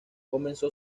comenzó